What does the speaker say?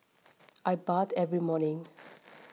I bathe every morning